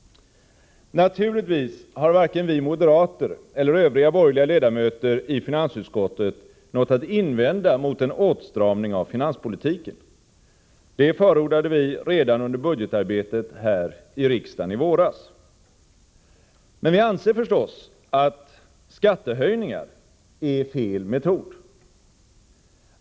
Naturligtvis har varken vi moderater eller övriga borgerliga ledamöter i finansutskottet något att invända mot en åtstramning av finanspolitiken. Det förordade vi redan under budgetarbetet här i riksdagen i våras. Men vi anser förstås att skattehöjningar är fel metod.